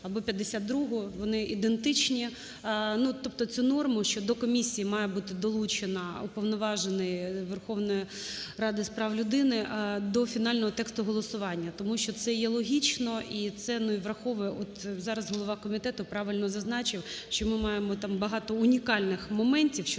або 52, вони ідентичні, тобто цю норму, що до комісії має бути долучена Уповноважений Верховної Ради з прав людини, до фінального тексту голосування, тому що це є логічно і це враховує, от зараз голова комітету правильно зазначив, що ми маємо багато там унікальних моментів, що